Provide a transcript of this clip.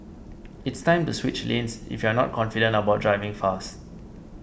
it's time to switch lanes if you're not confident about driving fast